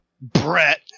Brett